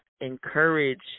encourage